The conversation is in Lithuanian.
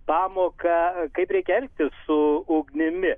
pamoką kaip reikia elgtis su ugnimi